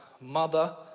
mother